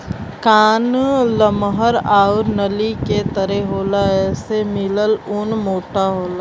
कान लमहर आउर नली के तरे होला एसे मिलल ऊन मोटा होला